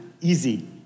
easy